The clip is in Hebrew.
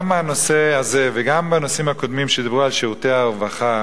גם בנושא הזה וגם בנושאים הקודמים שדיברו על שירותי הרווחה